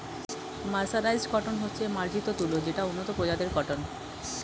mercerised cotton হচ্ছে মার্জিত তুলো যেটা উন্নত প্রজাতির কটন